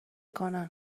کنن